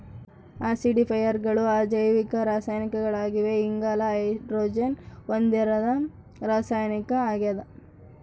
ಆಸಿಡಿಫೈಯರ್ಗಳು ಅಜೈವಿಕ ರಾಸಾಯನಿಕಗಳಾಗಿವೆ ಇಂಗಾಲ ಹೈಡ್ರೋಜನ್ ಹೊಂದಿರದ ರಾಸಾಯನಿಕ ಆಗ್ಯದ